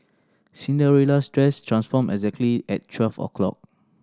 Cinderella's dress transformed exactly at twelve o'clock